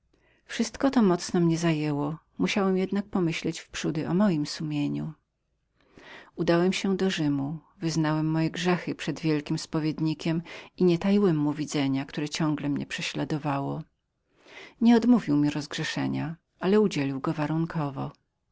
wszystko to mocno mnie zajmowało musiałem jednak pomyśleć wprzódy o mojem sumieniu poszedłem do rzymu wyznałem moje grzechy przed wielkim spowiednikiem i nie taiłem mu widzenia które ciągle mnie prześladowało nie odmówił mi rozgrzeszenia ale udzielił je warunkowo